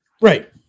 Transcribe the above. Right